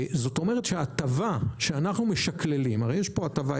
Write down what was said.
זאת אומרת שההטבה שאנחנו משקללים הרי יש פה הטבה,